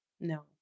No